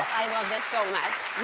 i love it so much.